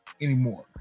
anymore